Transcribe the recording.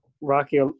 Rocky